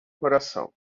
coração